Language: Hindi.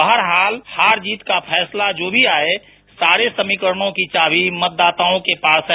बहरहाल हार जीत का फैसला जो भी आये सारे समीकरणों की चाबी मतदाताओं के पास है